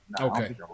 Okay